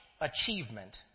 achievement